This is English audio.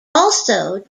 also